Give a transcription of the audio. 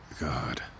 God